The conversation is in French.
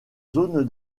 zone